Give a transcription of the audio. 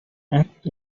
act